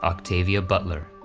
octavia butler.